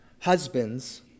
Husbands